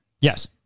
Yes